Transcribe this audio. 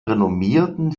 renommierten